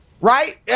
right